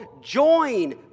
join